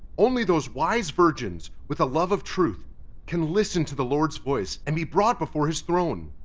only those wise virgins with a love of truth can listen to the lord's voice and be brought before his throne.